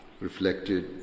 reflected